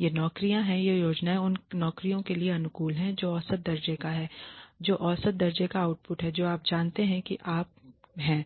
ये नौकरियाँ ये योजनाएं उन नौकरियों के लिए अधिक अनुकूल हैं जो औसत दर्जे का हैं जो औसत दर्जे का आउटपुट हैं जो आप जानते हैं कि आप हैं